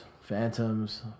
Phantoms